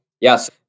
Yes